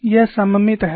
यह सममित है